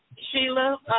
Sheila